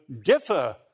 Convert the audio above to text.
differ